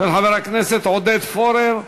של חבר הכנסת עודד פורר.